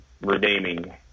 redeeming